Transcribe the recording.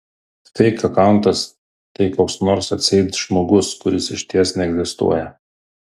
feik akauntas tai koks nors atseit žmogus kuris išties neegzistuoja